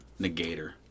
negator